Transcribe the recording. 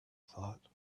thought